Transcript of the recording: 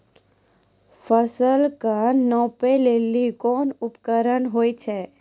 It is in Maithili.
फसल कऽ नापै लेली कोन उपकरण होय छै?